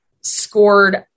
scored